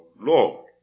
Lord